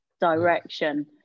direction